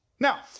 Now